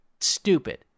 stupid